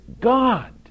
God